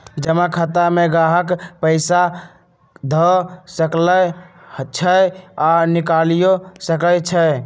जमा खता में गाहक पइसा ध सकइ छइ आऽ निकालियो सकइ छै